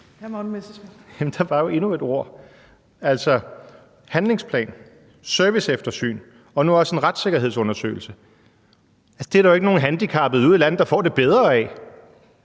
Der har været nævnt en handlingsplan, et serviceeftersyn og nu også en retssikkerhedsundersøgelse. Det er der jo ikke nogen handicappede ude i landet der får det bedre af.